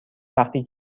وقتی